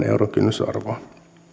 euron kynnysarvoa